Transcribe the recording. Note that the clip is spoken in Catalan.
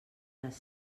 les